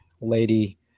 lady